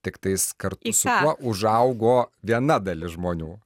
tik tais kartu su juo užaugo viena dalis žmonių